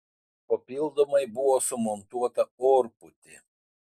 papildomai buvo sumontuota orpūtė